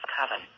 coven